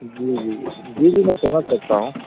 جی جی جی جی میں سمجھ سکتا ہوں